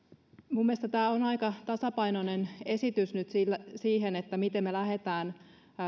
minun mielestäni tämä on nyt aika tasapainoinen esitys siihen miten me lähdemme